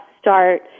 start